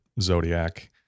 Zodiac